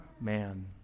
man